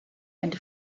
and